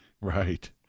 Right